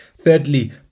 Thirdly